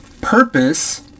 purpose